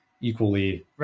equally